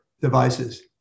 devices